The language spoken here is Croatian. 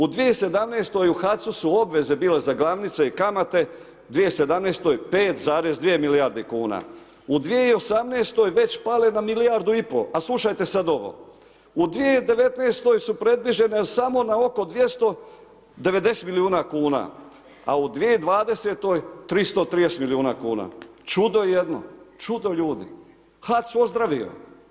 U 2017. u HAC-u su obveze bile za glavnice i kamate 2017. 5,2 milijarde kuna, u 2018. već pale na 1,5 milijardu, a slušajte sad ovo u 2019. su predviđene samo na oko 290 milijuna kuna, a u 2020. 330 milijuna kuna, čudo jedno, čudo ljudi, HAC ozdravio.